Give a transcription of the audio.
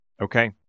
Okay